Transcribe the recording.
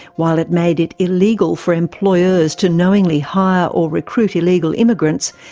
while it made it illegal for employers to knowingly hire or recruit illegal immigrants,